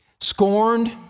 scorned